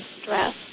stress